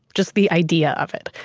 just the idea of it.